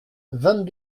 vingt